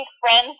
friends